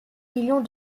millions